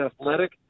athletic